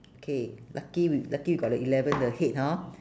K lucky we've lucky we got the eleven the head hor